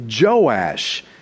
Joash